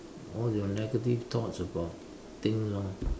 all your negative thoughts about things orh